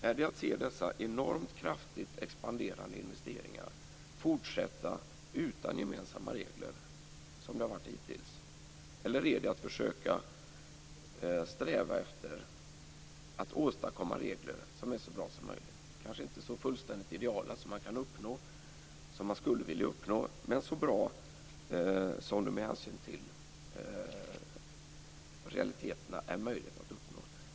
Är det att se dessa enormt kraftigt expanderande investeringar fortsätta utan gemensamma regler, som det har varit hittills? Eller är det att försöka sträva efter att åstadkomma regler som är så bra som möjligt? Man kanske inte kan uppnå så fullständigt ideala regler som man skulle vilja, men man kan få dem så bra som det med hänsyn till realiteterna är möjligt.